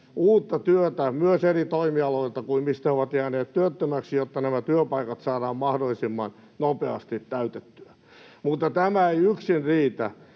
uutta työtä myös eri toimialoilta kuin mistä he ovat jääneet työttömäksi, jotta työpaikat saadaan mahdollisimman nopeasti täytettyä. Mutta tämä ei yksin riitä,